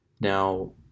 Now